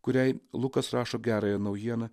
kuriai lukas rašo gerąją naujieną